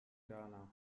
ghana